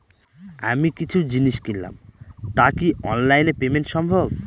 আমি কিছু জিনিস কিনলাম টা কি অনলাইন এ পেমেন্ট সম্বভ?